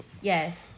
Yes